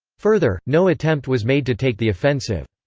further, no attempt was made to take the offensive.